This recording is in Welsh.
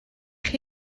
chi